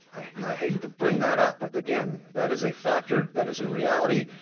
i hate to bring that up, but again, that is a factor, that is a reality,